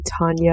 Tanya